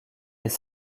les